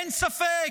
אין ספק,